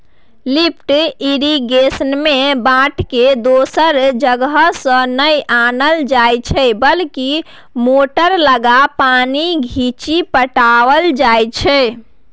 lift इरिगेशनमे बाटरकेँ दोसर जगहसँ नहि आनल जाइ छै बल्कि मोटर लगा पानि घीचि पटाएल जाइ छै